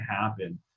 happen